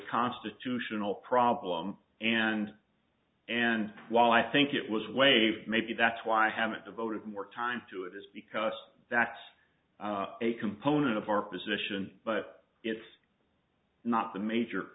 constitutional problem and and while i think it was waived maybe that's why i haven't devoted more time to it is because that's a component of our position but it's not the major